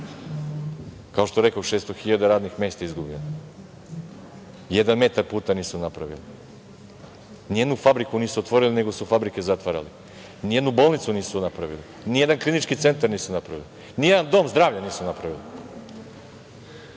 Kao što rekoh, 600 hiljada radnih mesta izgubljenih. Jedan metar puta nisu napravili. Nijednu fabriku nisu otvorili, nego su fabrike zatvarali. Nijednu bolnicu nisu napravili. Nijedan klinički centar nisu napravili. Nijedan dom zdravlja nisu napravili.